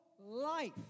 life